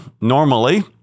normally